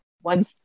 one